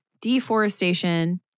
deforestation